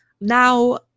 Now